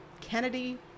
Kennedy